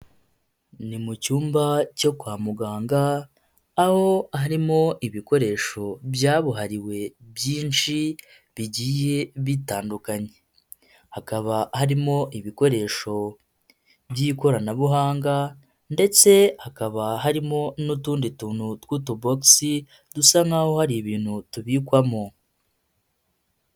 Ni mu cyumba cyo kwa muganga aho harimo ibikoresho byabuhariwe byinshi bigiye bitandukanye, hakaba harimo ibikoresho by'ikoranabuhanga ndetse hakaba harimo n'utundi tuntu tw'utubogisi dusa nk'aho hari ibintu tubikwamo.